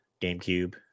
GameCube